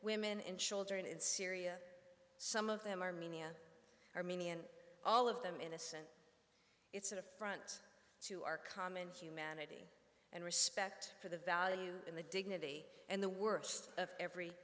women and children in syria some of them armenia armenian all of them innocent it's an affront to our common humanity and respect for the value in the dignity and the worst of every